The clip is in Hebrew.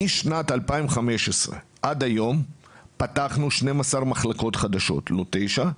משנת 2015 עד היום פתחנו 12 מחלקות חדשות, לא תשע.